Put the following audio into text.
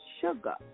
sugar